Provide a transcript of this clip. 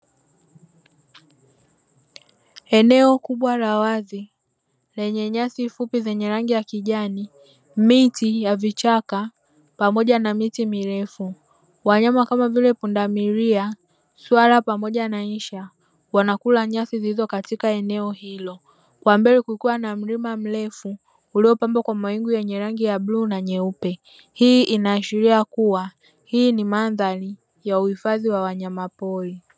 Eneo kubwa la wazi lenye nyasi fupi za kijani, miti ya vichaka pamoja na miti mirefu. Wanyama kama vile pundamilia, swala pamoja na insha, wanakula nyasi zilizo katika eneo hilo. Kwa mbele kukiwa na mlima mrefu uliopambwa kwa mawingu yenye rangi ya bluu na nyeupe. Hii inaashiria kuwa hii ni mandhari ya hifadhi ya wanyamapori.